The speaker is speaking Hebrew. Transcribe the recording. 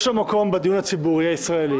יש לו מקום בדיון הציבורי הישראלי.